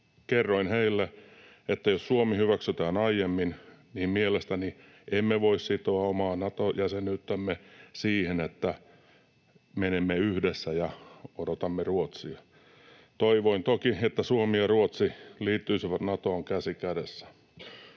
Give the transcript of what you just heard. Kerroin heille, että jos Suomi hyväksytään aiemmin, niin mielestäni emme voi sitoa omaa Nato-jäsenyyttämme siihen, että menemme yhdessä ja odotamme Ruotsia. Toivoin toki, että Suomi ja Ruotsi liittyisivät Natoon käsi kädessä.